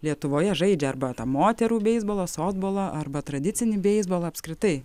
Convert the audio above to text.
lietuvoje žaidžia arba tą moterų beisbolą softbolą arba tradicinį beisbolą apskritai